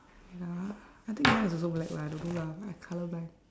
wait ah I think mine is also black lah I don't know lah I colour blind